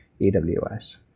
AWS